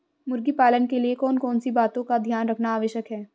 मुर्गी पालन के लिए कौन कौन सी बातों का ध्यान रखना आवश्यक है?